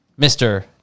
Mr